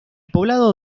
poblado